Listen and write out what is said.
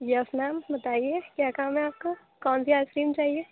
یس ma'am بتائیے کیا کام ہے آپ کا کون سی آئس کریم چاہیے